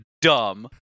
dumb